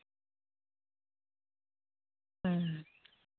ᱦᱮᱸ